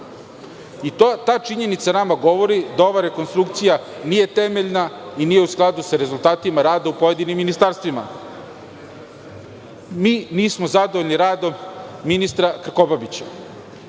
i ta činjenica nama govori da ova rekonstrukcija nije temeljna i nije u skladu sa rezultatima rada u pojedinim ministarstvima. Mi nismo zadovoljni radom ministra Krkobabića.